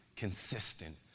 consistent